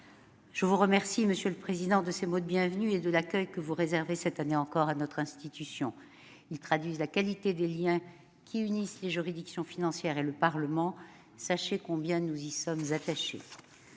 je vous remercie de ces mots de bienvenue et de l'accueil que vous réservez cette année encore à notre institution. Ils traduisent la qualité des liens qui unissent les juridictions financières et le Parlement. Sachez combien nous y sommes attachés.